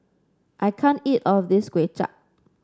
I can't eat all of this Kuay Chap